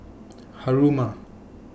Haruma